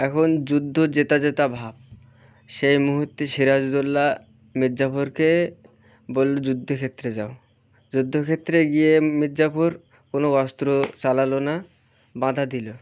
এখন যুদ্ধ জেতা জেতা ভাব সেই মুহূুর্তে সিরাজউদোল্লা মীরজাফরকে বললো যুদ্ধ ক্ষেত্রে যাও যুদ্ধক্ষেত্রে গিয়ে মীরজাফর কোনো অস্ত্র চালালো না বাঁধা দিলো